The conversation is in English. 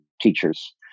teachers